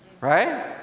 Right